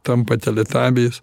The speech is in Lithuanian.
tampa teletabiais